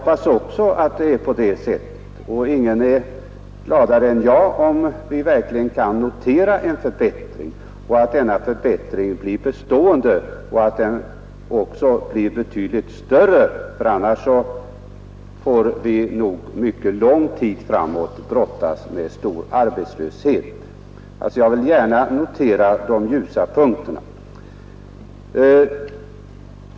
Också jag hoppas att det är på det sättet, och ingen är gladare än jag, om vi verkligen kan notera en förbättring som blir bestående och som även blir betydligt mera markerad än vad som nu är fallet. Annars får vi nog mycket lång tid framåt brottas med stor arbetslöshet. Jag vill alltså liksom statsrådet gärna notera de ljusa punkterna.